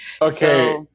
Okay